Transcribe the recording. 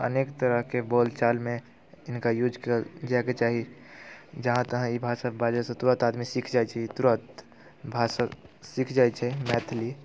अनेक तरहके बोलचालमे इनका यूज कयल जाइके चाही जहाँ तहाँ ई भाषा बाजऽसँ तुरत आदमी सीख जाइ छै ई तुरत भाषा सीख जाइ छै मैथिली